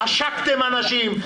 עשקתם אנשים,